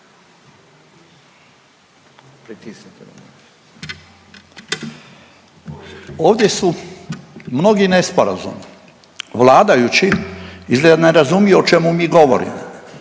Ovdje su mnogi nesporazumi. Vladajući izgleda ne razumiju o čemu mi govorimo.